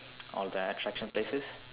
all the attraction places